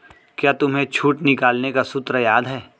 क्या तुम्हें छूट निकालने का सूत्र याद है?